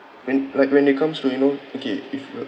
when like when it comes to you know okay if you